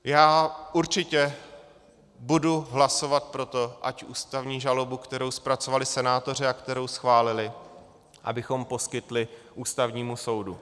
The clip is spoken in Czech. Já určitě budu hlasovat pro to, ať ústavní žalobu, kterou zpracovali senátoři a kterou schválili, abychom poskytli Ústavnímu soudu.